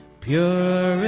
Pure